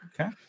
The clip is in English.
Okay